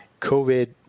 COVID